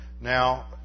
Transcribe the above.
Now